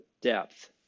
depth